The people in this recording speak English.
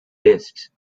discs